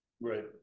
Right